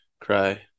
cry